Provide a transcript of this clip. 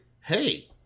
hey